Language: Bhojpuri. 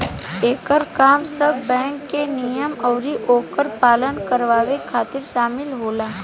एकर काम सब बैंक के नियम अउरी ओकर पालन करावे खातिर शामिल होला